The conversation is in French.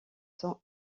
sont